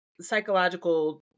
psychological